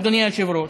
אדוני היושב-ראש,